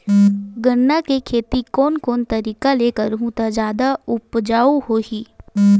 गन्ना के खेती कोन कोन तरीका ले करहु त जादा उपजाऊ होही?